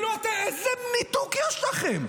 איזה ניתוק יש לכם?